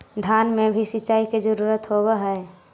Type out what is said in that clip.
धान मे भी सिंचाई के जरूरत होब्हय?